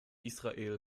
israel